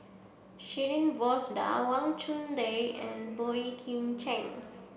Shirin Fozdar Wang Chunde and Boey Kim Cheng